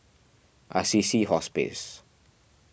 Assisi Hospice